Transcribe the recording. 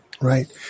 Right